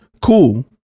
Cool